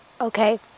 Okay